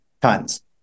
tons